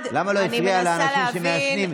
למה לא הפריע לאנשים שמעשנים,